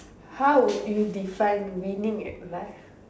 how would you define winning at life